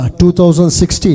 2016